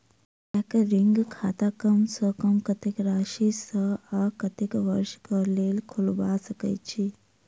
recurring खाता कम सँ कम कत्तेक राशि सऽ आ कत्तेक वर्ष कऽ लेल खोलबा सकय छी